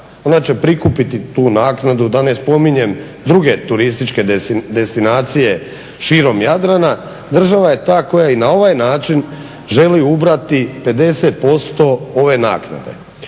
ona će prikupiti tu naknadu, da ne spominjem druge turističke destinacije širom Jadrana, država je ta koja i na ovaj način želi ubrati 50% ove naknade.